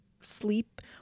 sleep